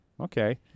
okay